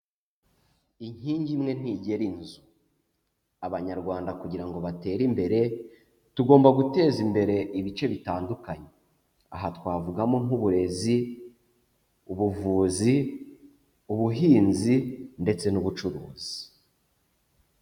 Inkingi imwe ntigera inzu, Abanyarwanda kugira ngo batere imbere, tugomba guteza imbere ibice bitandukanye, aha twavugamo: nk'uburezi, ubuvuzi, ubuhinzi ndetse n'ubucuruzi.